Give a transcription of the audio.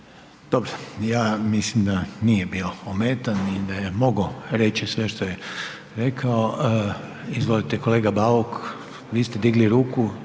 Dobro, ja mislim da nije bio ometan i da je mogao reći sve što je rekao. Izvolite kolega Bauk, vi ste digli ruku.